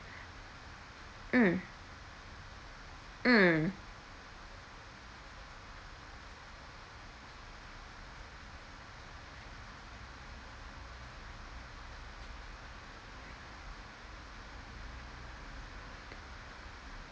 mm mm